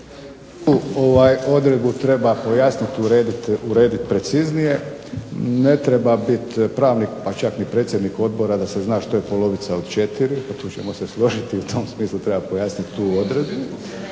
... treba pojasniti, urediti preciznije. Ne treba biti pravnik pa čak ni predsjednik odbora da se zna što je polovica od 4, tu ćemo se složiti u tom smislu pojasniti tu odredbu,